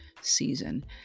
season